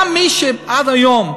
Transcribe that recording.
גם מי שעד היום,